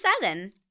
seven